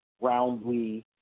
roundly